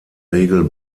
regel